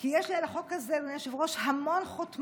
כי יש על החוק הזה, אדוני היושב-ראש, המון חותמים,